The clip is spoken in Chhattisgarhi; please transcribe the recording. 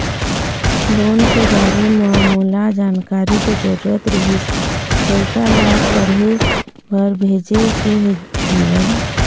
लोन के बारे म मोला जानकारी के जरूरत रीहिस, लइका ला पढ़े बार भेजे के हे जीवन